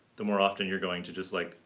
the more often you're going to just, like,